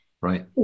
right